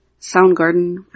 Soundgarden